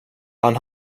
han